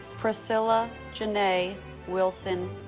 priscilla janae' wilson-gay